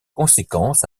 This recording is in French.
conséquences